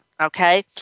okay